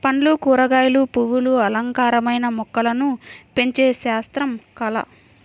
పండ్లు, కూరగాయలు, పువ్వులు అలంకారమైన మొక్కలను పెంచే శాస్త్రం, కళ